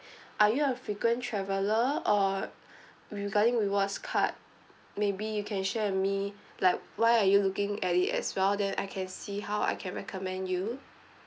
are you a frequent traveller or regarding rewards card maybe you can share with me like why are you looking at it as well then I can see how I can recommend you